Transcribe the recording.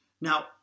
Now